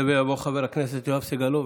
יעלה ויבוא חבר הכנסת יואב סגלוביץ'.